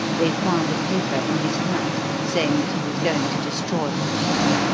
they found a paper in his hat, saying that he was going to destroy the duke,